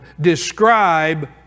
describe